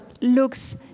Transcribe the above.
looks